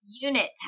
unit